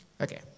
Okay